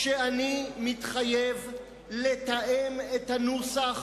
כשאני מתחייב לתאם את הנוסח